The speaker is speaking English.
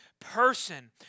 person